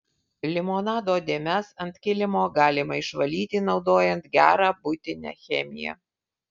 limonado dėmes ant kilimo galima išvalyti naudojant gerą buitinę chemiją